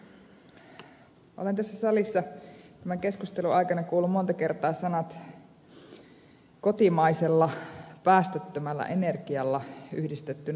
olen tässä salissa tämän keskustelun aikana kuullut monta kertaa sanat kotimaisella päästöttömällä energialla yhdistettynä ydinvoimaan